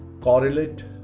correlate